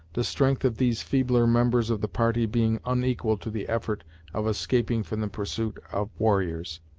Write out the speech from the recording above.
the strength of these feebler members of the party being unequal to the effort of escaping from the pursuit of warriors.